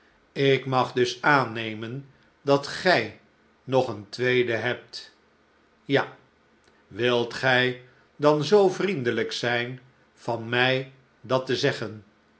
ik mag dus aannemen dat gij nog een tweede hebt ja wilt gij dan zoo vriendelijk zijn van mij dat te zeggen